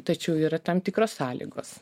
tačiau yra tam tikros sąlygos